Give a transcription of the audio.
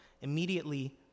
immediately